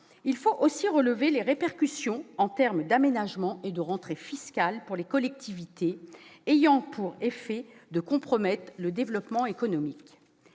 Il faut aussi relever les répercussions en termes d'aménagement ainsi que de rentrées fiscales pour les collectivités, ce qui a pour effet de compromettre le développement économique.